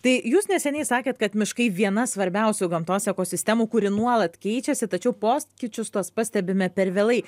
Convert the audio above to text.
tai jūs neseniai sakėt kad miškai viena svarbiausių gamtos ekosistemų kuri nuolat keičiasi tačiau pokyčius tuos pastebime per vėlai